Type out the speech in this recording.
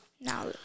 Now